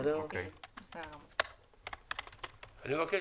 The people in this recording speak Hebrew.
אני מבקש